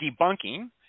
debunking